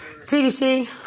TDC